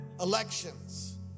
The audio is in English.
Elections